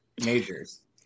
majors